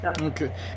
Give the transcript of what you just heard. okay